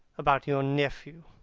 about your nephew,